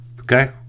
Okay